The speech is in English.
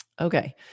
okay